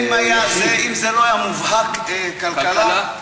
אם זה לא היה מובהק כלכלה,